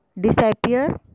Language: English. disappear